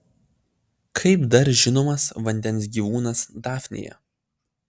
kaip dar žinomas vandens gyvūnas dafnija